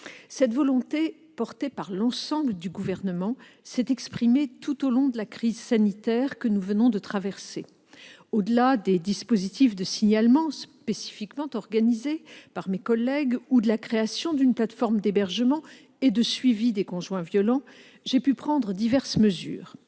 Cette volonté, portée par l'ensemble du Gouvernement, s'est exprimée tout au long de la crise sanitaire que nous venons de traverser. Au-delà des dispositifs de signalement spécifiquement organisés par mes collègues ou de la création d'une plateforme d'hébergement et de suivi des conjoints violents, j'ai pu prendre diverses mesures.